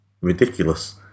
ridiculous